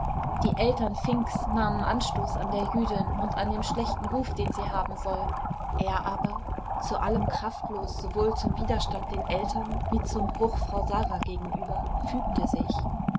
die eltern finks nahmen anstoß an der jüdin und an dem schlechten ruf den sie haben soll er aber zu allem kraftlos sowohl zum widerstand den eltern wie zum bruch frau sara gegenüber fügte sich